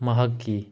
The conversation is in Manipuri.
ꯃꯍꯥꯛꯀꯤ